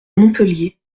montpellier